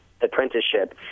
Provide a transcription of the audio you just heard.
apprenticeship